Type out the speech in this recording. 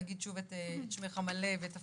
נגיד שוב את שמך המלא ואת תפקידך.